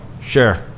Sure